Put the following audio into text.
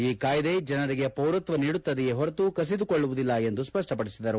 ಈ ಕಾಯಿದೆ ಜನರಿಗೆ ಪೌರತ್ವ ನೀಡುತ್ತದೆಯೇ ಪೊರತು ಕಸಿದುಕೊಳ್ಳುವುದಿಲ್ಲ ಎಂದು ಸ್ಪಷ್ಟಪಡಿಸಿದರು